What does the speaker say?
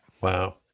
Wow